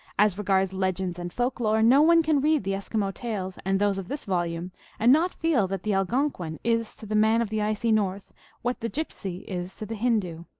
as regards legends and folk-lore, no one can read the eskimo tales and those of this volume and not feel that the algonquin is to the man of the icy north what the gypsy is to the hindoo.